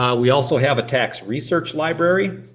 um we also have a tax research library.